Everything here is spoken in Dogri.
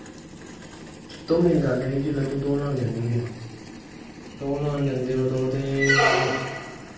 ते मेन गल्ल एह् ऐ कि जिसलै तुस दौड़ लान जन्ने होन्ने दौड़ लान जंदे ओ तुस ते